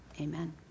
Amen